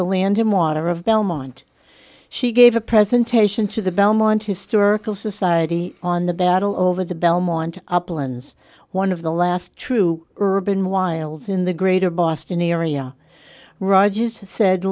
the land and water of belmont she gave a presentation to the belmont historical society on the battle over the belmont uplands one of the last true urban wilds in the greater boston area rogers said